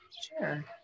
Sure